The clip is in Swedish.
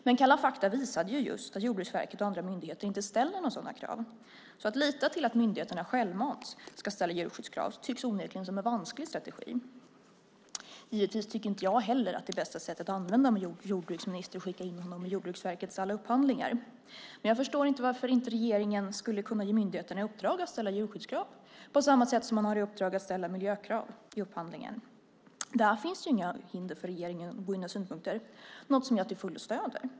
Men Kalla fakta visade ju just att Jordbruksverket och andra myndigheter inte ställer några sådana krav. Att lita till att myndigheterna självmant ska ställa djurskyddskrav tycks onekligen som en vansklig strategi. Givetvis tycker inte jag heller att det är bästa sättet att använda en jordbruksminister att skicka in honom i Jordbruksverkets alla upphandlingar, men jag förstår inte varför inte regeringen skulle kunna ge myndigheterna i uppdrag att ställa djurskyddskrav på samma sätt som man har i uppdrag att ställa miljökrav i upphandlingen. Där finns det inga hinder för regeringen att gå in och ha synpunkter, vilket är något som jag till fullo stöder.